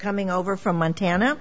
coming over from montana